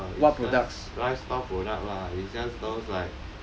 it's just lifestyle product lah it's just those like